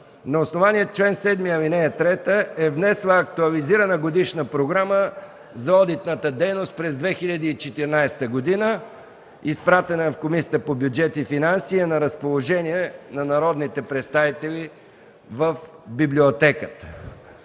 на основание чл. 7, ал. 3 е внесла актуализирана Годишна програма за одитната дейност през 2014 г., изпратена в Комисията по бюджет и финанси и е на разположение на народните представители в Библиотеката.